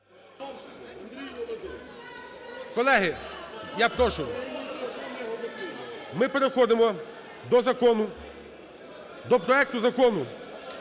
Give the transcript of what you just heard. Колеги, я прошу. Ми переходимо до закону, до проекту Закону